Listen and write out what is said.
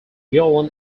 yulon